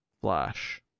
Flash